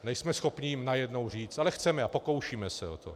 Nejsme schopni jim najednou říct, ale chceme a pokoušíme se o to.